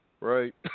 Right